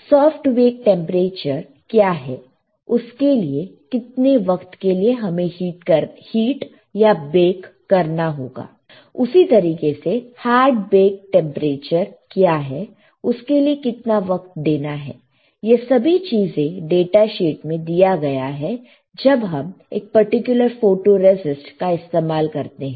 soft bake temperature क्या है उसके लिए कितने वक्त के लिए हमें हीट या बेक करना होगा उसी तरीके से हार्ड बेकड टेंपरेचर क्या है उसके लिए कितना वक्त देना है यह सभी चीजें डेटाशीट में दिया गया है जब हम एक पर्टिकुलर फोटोरेसिस्ट का इस्तेमाल करते हैं